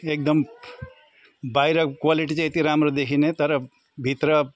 एकदम बाहिर क्वालिटी चाहिँ यत्ति राम्रो देखिनँ तर भित्र